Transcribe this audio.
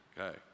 Okay